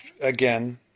again